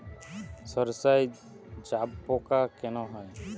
সর্ষায় জাবপোকা কেন হয়?